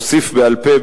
אוסיף בעל-פה,